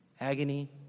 agony